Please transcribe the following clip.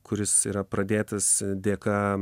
kuris yra pradėtas dėka